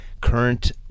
current